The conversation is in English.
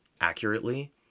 accurately